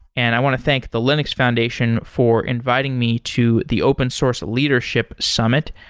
and i want to thank the linux foundation for inviting me to the open source leadership summit,